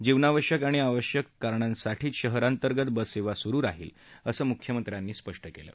जीवनावश्यक आणि अत्यावश्यक कारणांसाठीच शहरांतर्गत बससा सुरु राहणार असल्याचं मुख्यमंत्र्यांनी स्पष्ट कलि